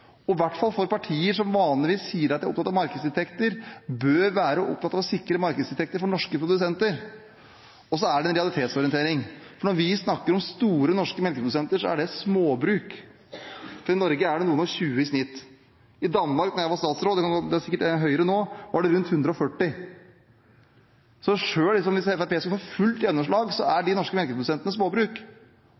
I hvert fall partier som vanligvis sier de er opptatt av markedsinntekter, bør være opptatt av å sikre markedsinntekter for norske produsenter. Så er det også en realitetsorientering. Når vi snakker om store norske melkeprodusenter, er det småbruk. I Norge er det noen og tjue i snitt. I Danmark var det da jeg var statsråd – det er sikkert høyere nå – rundt 140. Så selv om Fremskrittspartiet skulle få fullt gjennomslag, er de norske melkeprodusentene småbruk.